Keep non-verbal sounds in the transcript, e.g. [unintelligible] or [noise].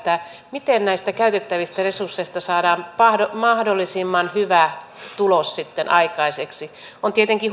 miten näistä käytettävistä resursseista saadaan mahdollisimman hyvä tulos sitten aikaiseksi on tietenkin [unintelligible]